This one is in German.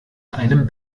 einem